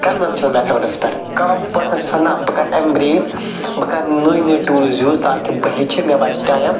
conventional methods پٮ۪ٹھ کانٛہہ person چھُ یژھآن نَہ بہٕ کٔرٕ ایٚمبرٛیس بہٕ کٔرٕ نٔے نٔے ٹوٗلٕز یوٗز تاکہِ بہٕ ہیٚچھہٕ مےٚ بچہِ ٹایم